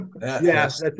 Yes